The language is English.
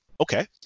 Okay